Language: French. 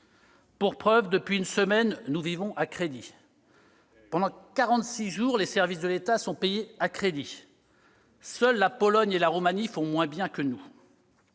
Pour preuve, depuis une semaine, nous vivons à crédit. Eh oui ! Pendant quarante-six jours en effet, les services de l'État sont payés à crédit. Seules la Pologne et la Roumanie font moins bien que nous.